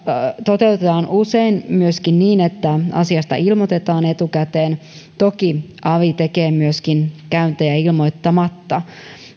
toteutetaan usein myöskin niin että asiasta ilmoitetaan etukäteen toki avi tekee myöskin käyntejä ilmoittamatta